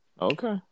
Okay